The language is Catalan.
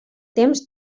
temps